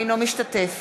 אינו משתתף